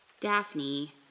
Daphne